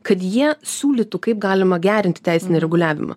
kad jie siūlytų kaip galima gerinti teisinį reguliavimą